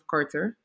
Carter